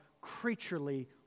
creaturely